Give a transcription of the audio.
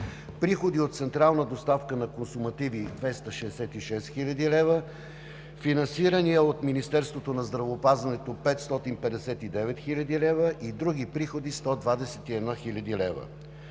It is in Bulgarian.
Приходи от централна доставка на консумативи – 266 хил. лв., финансирания от Министерството на здравеопазването – 559 хил. лв., и други приходи – 121 хил. лв.